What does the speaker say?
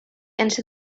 into